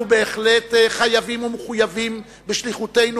אנחנו בהחלט חייבים ומחויבים לעסוק בשליחותנו